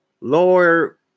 lower